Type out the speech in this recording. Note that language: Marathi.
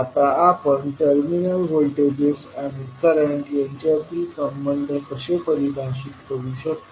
आता आपण टर्मिनल व्होल्टेजेस आणि करंट यांच्यातील संबंध कसे परिभाषित करू शकतो